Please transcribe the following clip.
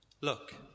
look